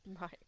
right